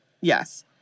Yes